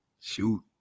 Shoot